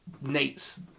nate's